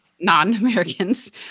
Non-Americans